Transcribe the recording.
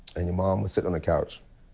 and your mom was sitting on the couch,